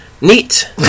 Neat